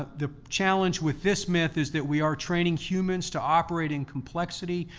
the challenge with this myth is that we are training humans to operate in complexity.